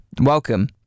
welcome